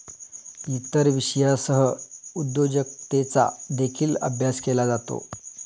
इतर विषयांसह उद्योजकतेचा देखील अभ्यास केला जातो